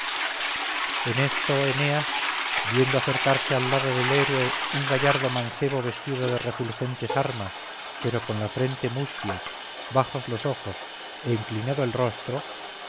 en esto eneas viendo acercarse al lado del héroe un gallardo mancebo vestido de refulgentes armas pero con la frente mustia bajos los ojos e inclinado el rostro